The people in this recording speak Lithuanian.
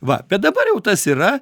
va bet dabar jau tas yra